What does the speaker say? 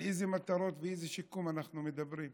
על איזה מטרות ואיזה שיקום אנחנו מדברים?